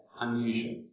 unusual